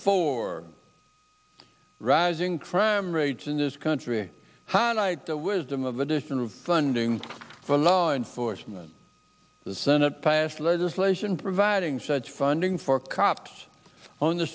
four rising crime rates in this country highlight the wisdom of addition of funding for law enforcement the senate passed legislation providing such funding for cops on the